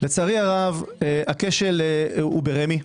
לצערי הרב הכשל הוא ברמ"י.